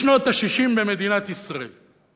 לשנות ה-60 במדינת ישראל.